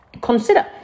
consider